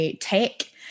tech